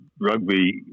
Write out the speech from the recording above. rugby